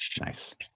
Nice